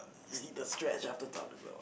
uh need to stretch after time is over